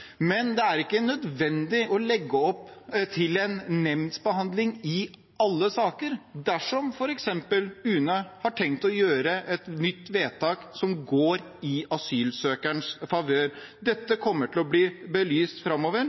Men det er ikke nødvendig å legge opp til en nemndbehandling i alle saker, f.eks. dersom UNE har tenkt å gjøre et nytt vedtak som går i asylsøkerens favør. Dette kommer til å bli belyst framover.